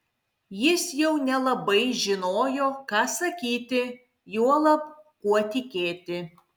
jis jau nelabai žinojo ką sakyti juolab kuo tikėti